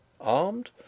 Armed